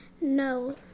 no